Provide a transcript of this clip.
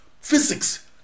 physics